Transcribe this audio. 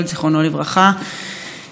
זיכרונו לברכה,